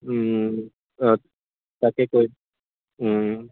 অঁ তাকে কৰি